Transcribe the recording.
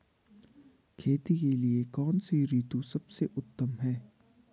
खेती के लिए कौन सी ऋतु सबसे उत्तम है?